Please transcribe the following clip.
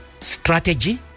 strategy